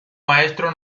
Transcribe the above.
maestro